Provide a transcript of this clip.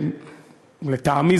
לטעמי,